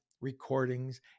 recordings